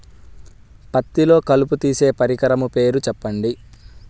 పత్తిలో కలుపు తీసే పరికరము పేరు చెప్పండి